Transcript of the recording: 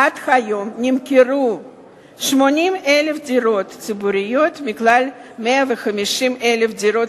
עד היום נמכרו 80,000 דירות ציבוריות מכלל 150,000 דירות